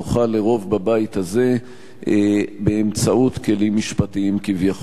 לרוב בבית הזה באמצעות כלים משפטיים כביכול.